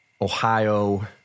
Ohio